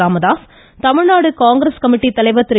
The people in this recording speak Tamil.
ராமதாஸ் தமிழ்நாடு காங்கிரஸ் கமிட்டித்தலைவர் திரு